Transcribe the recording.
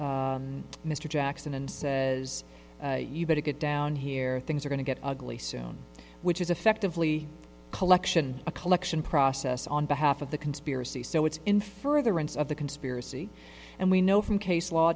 mr jackson and says you better get down here things are going to get ugly soon which is effectively collection a collection process on behalf of the conspiracy so it's in furtherance of the conspiracy and we know from case law